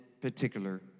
particular